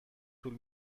طول